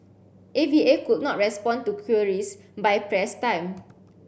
A V A could not respond to queries by press time